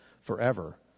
forever